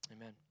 Amen